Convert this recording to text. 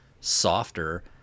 softer